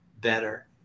better